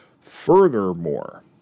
Furthermore